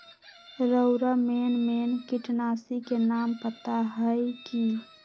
रउरा main main किटनाशी के नाम पता हए कि?